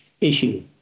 issue